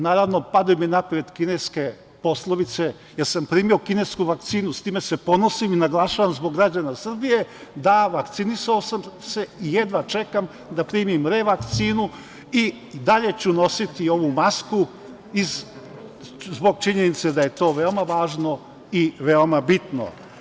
Naravno, pade mi na pamet ove kineske poslovice, ja sam primio kinesku vakcinu, s time se ponosim i naglašavam zbog građana Srbije - da, vakcinisao sam se i jedva čekam da primim revakcinu i dalje ću nositi ovu masku zbog činjenice da je to veoma važno i veoma bitno.